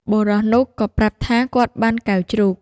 បុរសនោះក៏ប្រាប់ថាគាត់បានកែវជ្រូក។